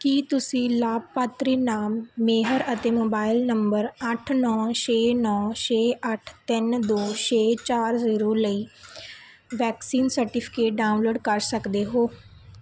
ਕੀ ਤੁਸੀਂ ਲਾਭਪਾਤਰੀ ਨਾਮ ਮੇਹਰ ਅਤੇ ਮੋਬਾਈਲ ਨੰਬਰ ਅੱਠ ਨੌਂ ਛੇ ਨੌਂ ਛੇ ਅੱਠ ਤਿੰਨ ਦੋ ਛੇ ਚਾਰ ਜ਼ੀਰੋ ਲਈ ਵੈਕਸੀਨ ਸਰਟੀਫਿਕੇਟ ਡਾਊਨਲੋਡ ਕਰ ਸਕਦੇ ਹੋ